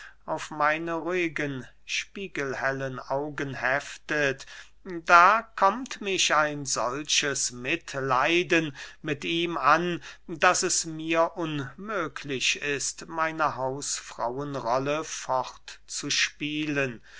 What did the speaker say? auf meine ruhigen spiegelhellen augen heftet da kommt mich ein solches mitleiden mit ihm an daß es mir unmöglich ist meine hausfrauenrolle fortzuspielen